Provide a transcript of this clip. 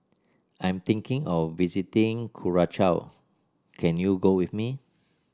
I'm thinking of visiting can you go with me